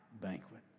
banquet